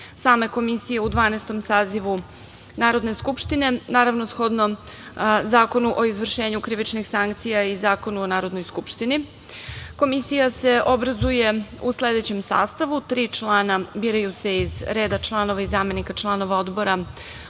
same komisije u Dvanaestom sazivu Narodne skupštine, naravno, shodno Zakonu o izvršenju krivičnih sankcija i Zakonu o Narodnoj skupštini. Komisija se obrazuje u sledećem sastavu: tri člana biraju se iz reda članova i zamenika članova odbora